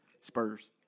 Spurs